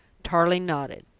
tarling nodded.